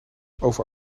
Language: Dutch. over